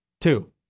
Two